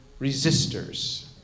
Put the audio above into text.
resistors